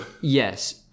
Yes